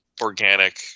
organic